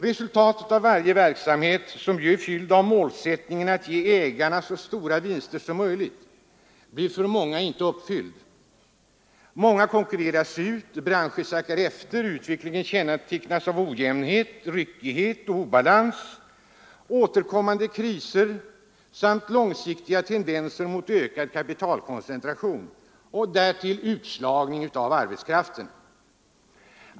Resultatet av varje företags verksamhet, som ju är genomsyrad av målsättningen att ge ägarna så stora vinster som möjligt, blir i många fall inte det avsedda. Många konkurreras ut, branscher sackar efter, utvecklingen kännetecknas av ojämnhet, ryckighet, obalans, återkommande kriser samt långsiktiga tendenser mot ökad kapitalkoncentration och därtill utslagning av arbetskraften.